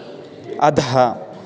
अधः